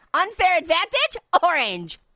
unfair advantage orange.